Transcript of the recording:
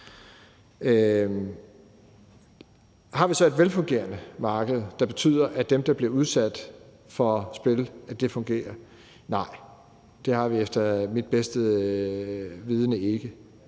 Har vi så et velfungerende marked, der betyder, at det fungerer for dem, der bliver udsat for spil? Nej, det har vi efter mit bedste vidende ikke.